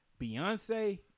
Beyonce